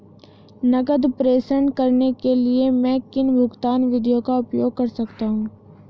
नकद प्रेषण करने के लिए मैं किन भुगतान विधियों का उपयोग कर सकता हूँ?